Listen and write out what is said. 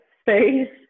space